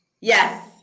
yes